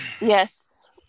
Yes